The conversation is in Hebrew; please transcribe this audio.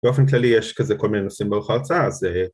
‫באופן כללי יש כזה כל מיני ‫נושאים ברוח ההרצאה, אז זה...